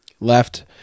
left